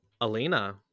Alina